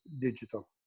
digital